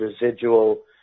residual